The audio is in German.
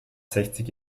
sechzig